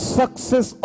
success